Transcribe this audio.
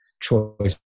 choice